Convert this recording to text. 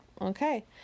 Okay